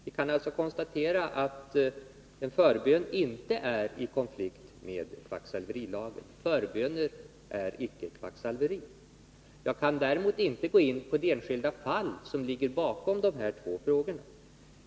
Vi kan alltså konstatera att en förbön inte är i konflikt med kvacksalverilagen, dvs. förbön är icke kvacksalveri. Jag kan däremot inte gå in på det enskilda fall som ligger bakom de här två frågorna.